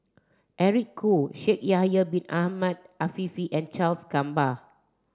Eric Khoo Shaikh Yahya Bin Ahmed Afifi and Charles Gamba